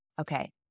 Okay